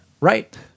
Right